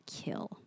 kill